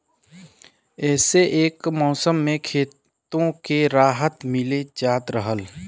इह्से एक मउसम मे खेतो के राहत मिल जात रहल